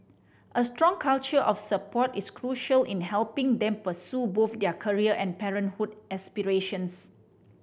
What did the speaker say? a strong culture of support is crucial in helping them pursue both their career and parenthood aspirations